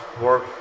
work